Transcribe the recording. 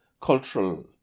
cultural